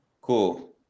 Cool